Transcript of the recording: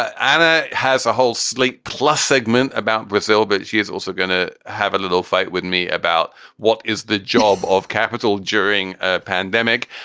anna has a whole slate plus segment about brazil. but she is also going to have a little fight with me about what is the job of capital during a pandemic.